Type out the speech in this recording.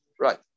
Right